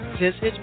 Visit